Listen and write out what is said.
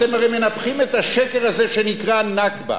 אתם הרי מנפחים את השקר הזה שנקרא "נכבה".